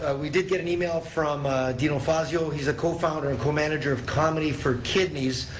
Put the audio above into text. ah we did get an email from dino fazio, he's a co-founder and co-manager of komedy for kidneys.